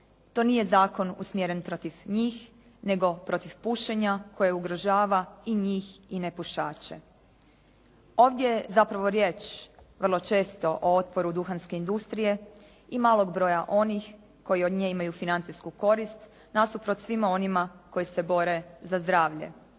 To nije zakon usmjeren protiv njih nego protiv pušenja koje ugrožava i njih i nepušače. Ovdje je zapravo riječ vrlo često o otporu duhanske industrije i malog broja onih koji od nje imaju financijsku korist nasuprot svima onima koji se bore za zdravlje.